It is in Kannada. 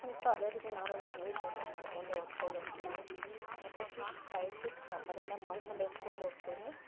ಸೊ ಅದೇ ರೀತಿ ನಾನು ನಾನ್ ವೆಜ್ ಐಟೆಮ್ ಮಾಡ್ಕೊಂಡು ಓದ್ಕೊಂಡು ಹೋಗ್ತೀನಿ ಮತ್ತು ಫಿಶ್ ಫ್ರೈ ಫಿಸ್ ಸಾಂಬಾರು ಎಲ್ಲ ಮಾಡ್ಕೊಂಡು ಎತ್ಕೊಂಡು ಹೋಗ್ತಿನಿ